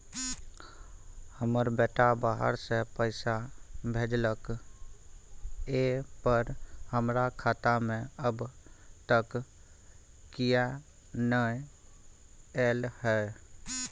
हमर बेटा बाहर से पैसा भेजलक एय पर हमरा खाता में अब तक किये नाय ऐल है?